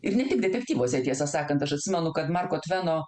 ir ne tik detektyvuose tiesą sakant aš atsimenu kad marko tveno